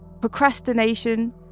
Procrastination